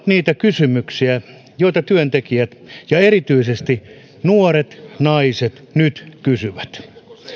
niitä kysymyksiä joita työntekijät ja erityisesti nuoret naiset nyt kysyvät